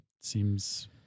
seems